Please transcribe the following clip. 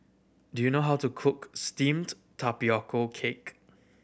do you know how to cook steamed tapioca cake